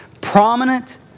prominent